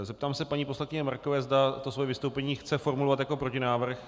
Zeptám se paní poslankyně Markové, zda své vystoupení chce formulovat jako protinávrh.